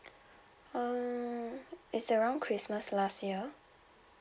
um it's around christmas last year